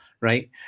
right